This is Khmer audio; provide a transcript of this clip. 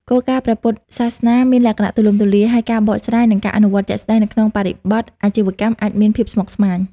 គោលការណ៍ព្រះពុទ្ធសាសនាមានលក្ខណៈទូលំទូលាយ ហើយការបកស្រាយ និងការអនុវត្តជាក់ស្តែងនៅក្នុងបរិបទអាជីវកម្មអាចមានភាពស្មុគស្មាញ។